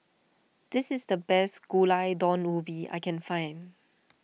this is the best Gulai Daun Ubi I can find